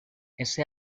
ese